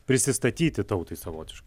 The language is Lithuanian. prisistatyti tautai savotiškai